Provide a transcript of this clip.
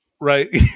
Right